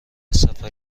سفر